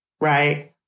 Right